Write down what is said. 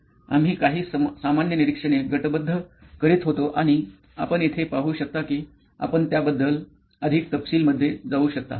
आम्ही काही सामान्य निरीक्षणे गटबद्ध करीत होतो आणि आपण येथे पाहू शकता की आपण त्याबद्दल अधिक तपशील मध्ये जाऊ शकता